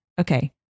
Okay